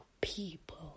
people